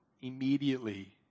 immediately